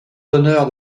d’honneur